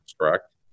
Correct